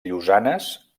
llosanes